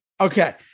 Okay